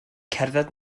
cerdded